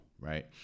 right